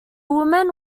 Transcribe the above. woman